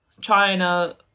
china